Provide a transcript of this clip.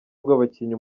rw’abakinnyi